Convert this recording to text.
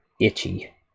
itchy